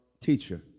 teacher